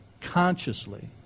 consciously